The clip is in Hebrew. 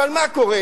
אבל מה קורה?